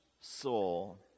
soul